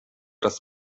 raz